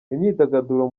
imyidagaduro